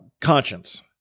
conscience